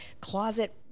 closet